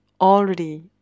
already